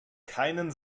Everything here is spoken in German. keinen